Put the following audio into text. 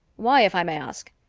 why, if i may ask?